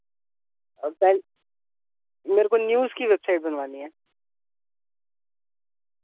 web site میرے کو news کی ویب سائٹ بنوانی ہے